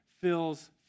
fills